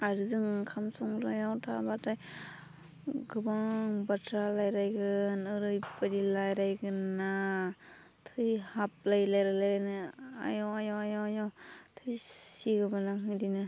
आरो जों ओंखाम संग्रायाव थाबाथाय गोबां बाथ्रा रायलायगोन ओरैबायदि रायलायगोन ना थैहाबलायो रायलाय रायलायनो आयौ आयौ आयौ आयौ थैसिगौमानलां बिदिनो